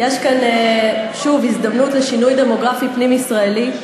יש כאן שוב הזדמנות לשינוי דמוגרפי פנים-ישראלי.